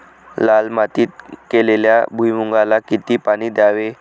लाल मातीत केलेल्या भुईमूगाला किती पाणी द्यावे?